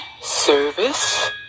service